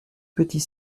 petit